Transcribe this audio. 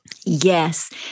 Yes